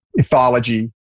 ethology